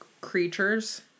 creatures